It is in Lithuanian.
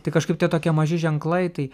tai kažkaip tie tokie maži ženklai tai